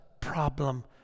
problem